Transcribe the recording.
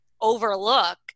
overlook